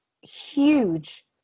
huge